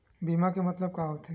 बीमा के मतलब का होथे?